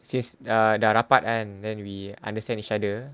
since uh dah rapat kan and then we understand each other